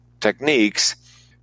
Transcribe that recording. techniques